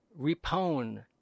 Repone